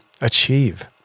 achieve